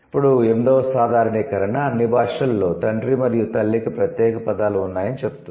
ఇప్పుడు 8 వ సాధారణీకరణ అన్ని భాషలలో తండ్రి మరియు తల్లికి ప్రత్యేక పదాలు ఉన్నాయని చెబుతుంది